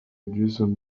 jason